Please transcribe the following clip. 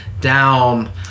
down